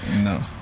No